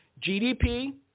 GDP